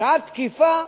"שעת תקיפה"